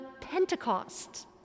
Pentecost